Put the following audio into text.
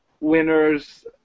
winners